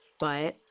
but.